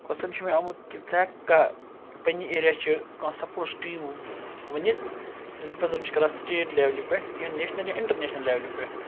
کوچھشَن چھُ مےٚ آمُت کہِ ژٕ ہیٚکھا پَننہِ ایریاچہِ کانٛہہ سَپوٹس ٹیٖم ؤنِتھ یُس زَن رِپریٚزنٛٹ چھ کَران سٹیٹ لیٚولہِ پیٚٹھ یا نیشنَل یا اِنٹَرنیشنَل لیٚولہِ پیٚٹھ